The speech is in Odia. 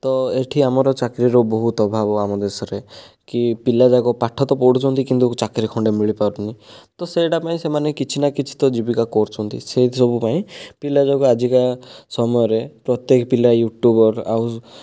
ତ ଏଠି ଆମର ଚାକିରୀର ବହୁତ ଅଭାବ ଆମ ଦେଶରେ କି ପିଲା ଯାକ ପାଠ ତ ପଢ଼ୁଛନ୍ତି କିନ୍ତୁ ଚାକିରୀ ଖଣ୍ଡେ ମିଳିପାରୁନାହିଁ ତ ସେଇଟା ପାଇଁ ସେମାନେ କିଛି ନା କିଛି ତ ଜୀବିକା କରୁଛନ୍ତି ସେ ସବୁ ପାଇଁ ପିଲା ଯେଉଁ ଆଜିକା ସମୟରେ ପ୍ରତ୍ୟକ ପିଲା ୟୁଟ୍ୟୁବର ଆଉ